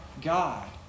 God